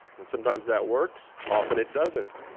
and sometimes that works, often it doesn't,